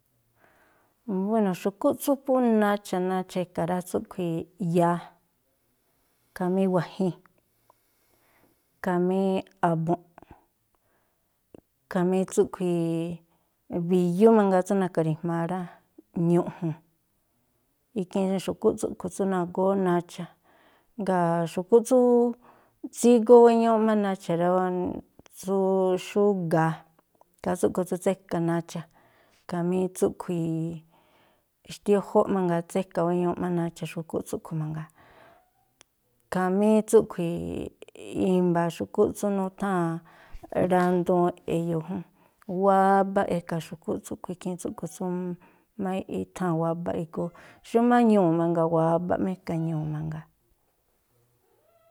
Buéno̱, xu̱kúꞌ tsú phú nacha̱ nacha̱ e̱ka̱ rá, tsúꞌkhui̱ ya̱a, khamí wa̱jin, khamí a̱bu̱nꞌ, khamí tsúꞌkhui̱ bi̱yú mangaa tsú na̱ka̱ ri̱jma̱a rá, ñu̱ꞌju̱n, ikhiin xu̱kúꞌ tsúꞌkhui̱ tsú nagóó nacha̱. Jngáa̱ xu̱kú tsú, tsígóó wéñúúꞌ má nacha̱ rá, tsú xú ga̱a, ikhaa tsúꞌkhui̱ tsú tséka̱ nacha̱, khamí tsúꞌkhui̱ xtiójóꞌ mangaa, tséka̱ wéñuuꞌ má nacha̱ xu̱kúꞌ tsúꞌkhui̱ mangaa. Khamí tsúꞌkhui̱ i̱mba̱a̱ xu̱kúꞌ tsú nutháa̱n randuun e̱yo̱o̱ jún, wabaꞌ e̱ka̱ xu̱kúꞌ tsúꞌkhui̱, ikhiin tsúꞌkhui̱ tsú má i̱tháa̱n wabaꞌ igóó. Xúmá ñuu̱ mangaa wabaꞌ má e̱ka̱ ñuu̱ mangaa.